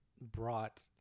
brought